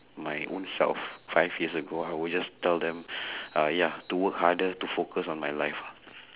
my own self five years ago I will just tell them uh ya to work harder to focus on my life